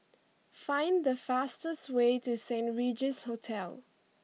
find the fastest way to Saint Regis Hotel